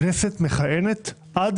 הכנסת מכהנת עד